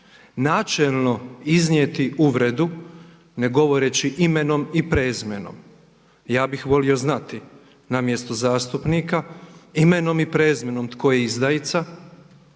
načelno iznijeti uvredu ne govoreći imenom i prezimenom. Ja bih volio znati na mjestu zastupnika imenom i prezimenom tko je izdajica